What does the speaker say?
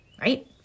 right